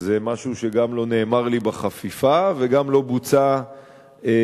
זה משהו שגם לא נאמר לי בחפיפה וגם לא בוצע מעולם.